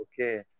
Okay